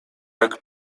jak